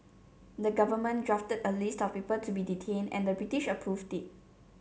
the governments drafted a list of people to be detained and the British approved it